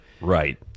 right